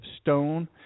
stone